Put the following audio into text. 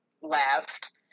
left